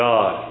God